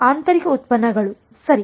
ಆಂತರಿಕ ಉತ್ಪನ್ನಗಳು ಸರಿ